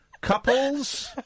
Couples